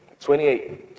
28